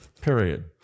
Period